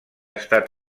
estat